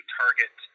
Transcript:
target